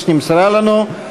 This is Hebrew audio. כפי שנמסרה לנו,